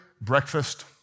breakfast